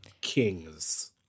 King's